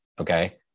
Okay